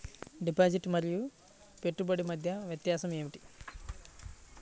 Deposit మరియు పెట్టుబడి మధ్య వ్యత్యాసం ఏమిటీ?